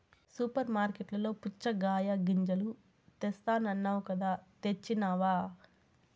super మార్కట్లలో పుచ్చగాయ గింజలు తెస్తానన్నావ్ కదా తెచ్చినావ